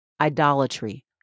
idolatry